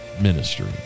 ministry